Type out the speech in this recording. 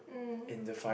mm